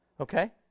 Okay